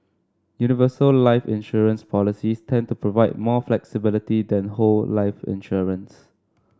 universal life insurance policies tend to provide more flexibility than whole life insurance